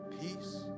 peace